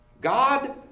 God